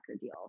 deal